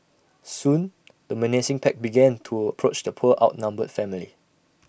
soon the menacing pack began to approach the poor outnumbered family